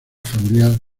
familiar